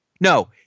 No